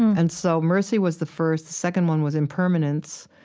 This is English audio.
and so mercy was the first, second one was impermanence,